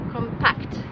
compact